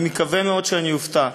אני מקווה מאוד שאני אופתע,